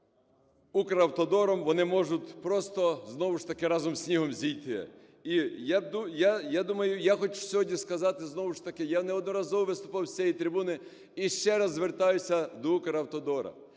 на жаль, "Укравтодором", вони можуть просто знову ж таки разом зі снігом зійти. І я думаю, я хочу сьогодні сказати знову ж таки, я неодноразово виступав з цієї трибуни і ще раз звертаюся до "Укравтодору".